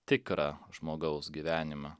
tikrą žmogaus gyvenimą